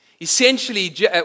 Essentially